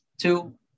two